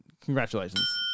Congratulations